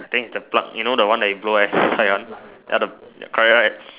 I think it's the plug you know the one where you blow air inside one correct right